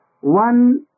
one